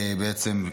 בעצם,